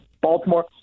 Baltimore